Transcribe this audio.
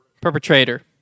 perpetrator